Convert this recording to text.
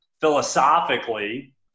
philosophically